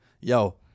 Yo